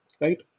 Right